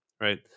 Right